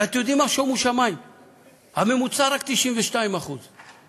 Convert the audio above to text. ואתם יודעים מה, שומו שמים, הממוצע, רק 92% הצלחה.